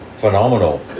Phenomenal